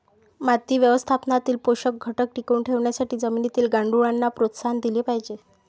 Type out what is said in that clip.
माती व्यवस्थापनातील पोषक घटक टिकवून ठेवण्यासाठी जमिनीत गांडुळांना प्रोत्साहन दिले पाहिजे